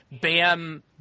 bam –